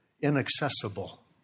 inaccessible